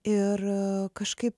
ir kažkaip